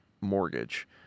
mortgage